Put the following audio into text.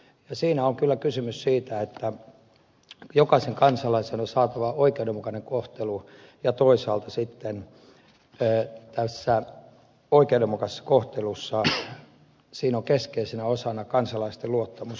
siinä on kyllä kysymys siitä että jokaisen kansalaisen on saatava oikeudenmukainen kohtelu ja toisaalta sitten tässä oikeudenmukaisessa kohtelussa on keskeisenä osana kansalaisten luottamus oikeusjärjestelmään